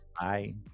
Bye